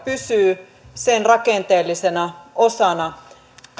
pysyy sen rakenteellisena osana